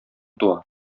туа